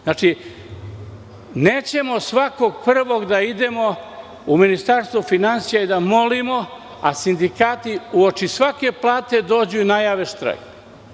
Znači, nećemo svakog prvog da idemo u Ministarstvo finansija i da molimo, a sindikati uoči svake plate dođu i najave štrajk.